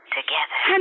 Together